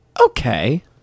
Okay